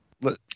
let